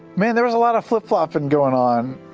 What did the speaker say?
man, there was a lot of flip-flopping going on.